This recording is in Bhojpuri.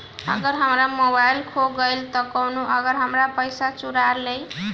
अगर हमार मोबइल खो गईल तो कौनो और हमार पइसा चुरा लेइ?